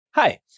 Hi